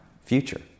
future